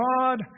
God